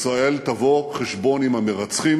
ישראל תבוא חשבון עם המרצחים,